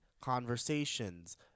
conversations